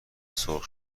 سرخ